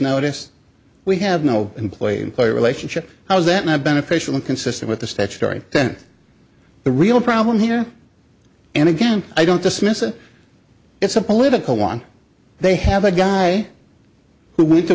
notice we have no employee employer relationship how is that my beneficial and consistent with the statutory ten the real problem here and again i don't dismiss it it's a political one they have a guy who went to